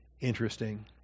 interesting